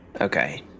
Okay